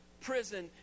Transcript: prison